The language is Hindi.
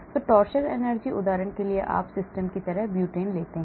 तो torsion energy उदाहरण के लिए यदि आप सिस्टम की तरह एक ब्यूटेन लेते हैं